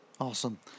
Awesome